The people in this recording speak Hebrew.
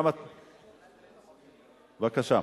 בבקשה.